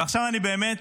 ועכשיו אני באמת